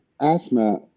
asthma